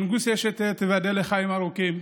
וינגוסה אשטיה, תיבדל לחיים ארוכים.